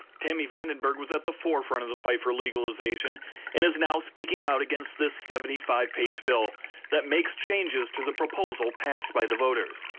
tami vandenberg was at the forefront of the fight for legalization and is now speaking out against this seventy five page bill that makes changes to the proposal passed by voters.